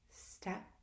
step